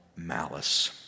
malice